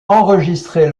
enregistrer